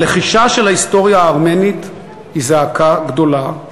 הלחישה של ההיסטוריה הארמנית היא זעקה גדולה,